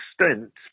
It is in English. extent